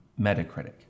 Metacritic